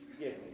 yes